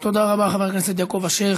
תודה רבה, חבר הכנסת יעקב אשר.